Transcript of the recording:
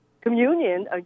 communion